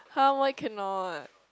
[huh] why cannot